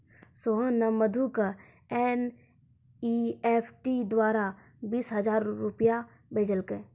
सोहन ने मधु क एन.ई.एफ.टी द्वारा बीस हजार रूपया भेजलकय